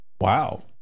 Wow